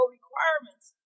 requirements